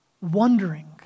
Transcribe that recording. Wondering